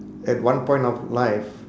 at one point of life